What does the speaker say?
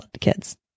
kids